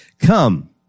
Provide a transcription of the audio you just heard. Come